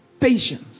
patience